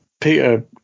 Peter